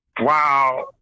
Wow